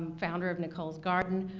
founder of nicole's garden.